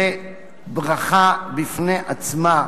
זה ברכה בפני עצמה.